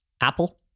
apple